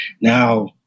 Now